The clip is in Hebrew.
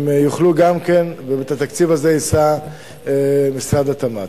הם יוכלו גם כן, ואת התקציב הזה יישא משרד התמ"ת.